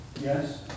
Yes